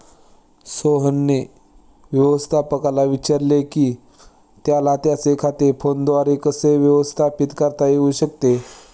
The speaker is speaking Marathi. सोहनने व्यवस्थापकाला विचारले की त्याला त्याचे खाते फोनद्वारे कसे व्यवस्थापित करता येऊ शकते